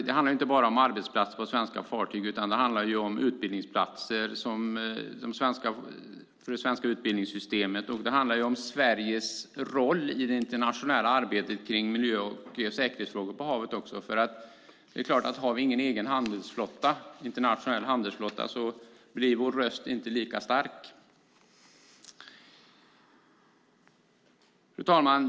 Det handlar inte bara om arbetsplatser på svenska fartyg, utan det handlar också om utbildningsplatser för det svenska utbildningssystemet, och det handlar om Sveriges roll i det internationella arbetet kring miljö och säkerhetsfrågor på havet. Har vi ingen egen internationell handelsflotta blir vår röst inte lika stark. Fru talman!